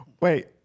Wait